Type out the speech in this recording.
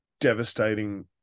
devastating